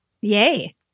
yay